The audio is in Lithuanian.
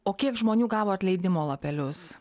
o kiek žmonių gavo atleidimo lapelius